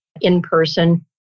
in-person